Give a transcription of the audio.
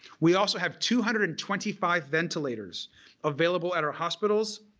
we also have two hundred and twenty five ventilators available at our hospitals.